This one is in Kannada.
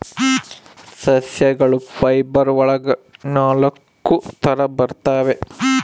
ಸಸ್ಯಗಳ ಫೈಬರ್ ಒಳಗ ನಾಲಕ್ಕು ತರ ಬರ್ತವೆ